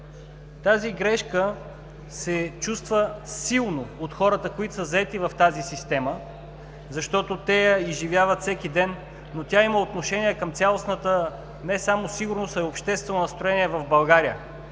Тази грешка се чувства силно от хората, които са заети в тази система, защото те я изживяват всеки ден, но тя има отношение към цялостната – не само сигурност, а и обществено настроение в България.